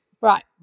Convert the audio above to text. Right